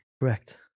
Correct